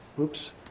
oops